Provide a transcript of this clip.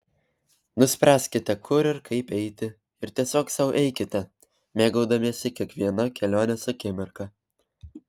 nuspręskite kur ir kaip eiti ir tiesiog sau eikite mėgaudamiesi kiekviena kelionės akimirka